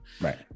Right